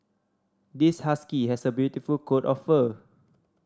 this husky has a beautiful coat of fur